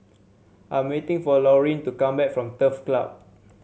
I'm waiting for Laurene to come back from Turf Club